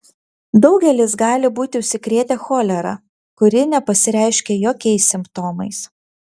daugelis gali būti užsikrėtę cholera kuri nepasireiškia jokiais simptomais